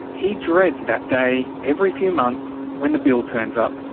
he dreads that day every few months when the bill turns up.